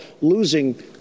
losing